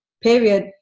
period